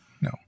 No